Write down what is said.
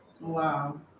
Wow